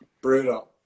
Brutal